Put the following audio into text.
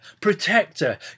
protector